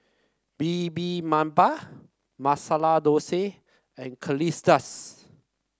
Bibimbap Masala Dosa and Quesadillas